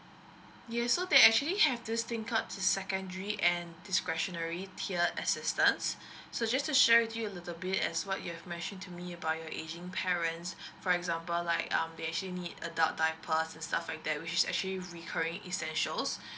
yes so they actually have this thing called secondary and discretionary tier assistance so just to share with you a little bit as what you have mentioned to me about your aging parents for example like um they actually need adult diapers and stuff like that which actually recurring essentials